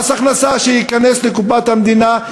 מס הכנסה שייכנס לקופת המדינה,